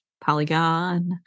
Polygon